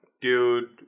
dude